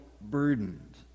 burdened